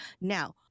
Now